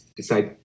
decide